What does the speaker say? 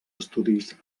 estudis